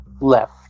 Left